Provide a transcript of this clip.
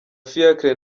fiacre